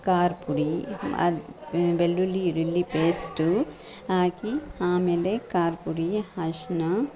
ಖಾರ ಪುಡಿ ಅದು ಬೆಳ್ಳುಳ್ಳಿ ಈರುಳ್ಳಿ ಪೇಸ್ಟು ಹಾಕಿ ಆಮೇಲೆ ಖಾರ ಪುಡಿ ಅರ್ಶ್ನ